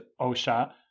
Osha